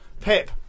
Pip